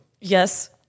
yes